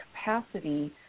capacity